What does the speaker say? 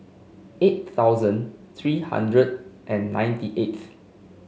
eight thousand three hundred and ninety eights